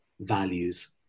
values